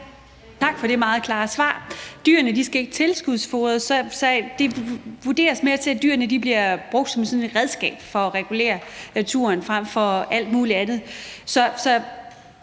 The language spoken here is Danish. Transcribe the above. Tak for det meget klare svar. Dyrene skal ikke tilskudsfodres, så dyrene skal mere bruges som et redskab til at regulere naturen frem for alt mulig andet. Så